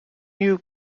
new